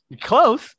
Close